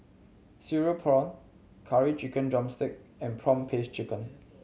cereal prawn Curry Chicken drumstick and prawn paste chicken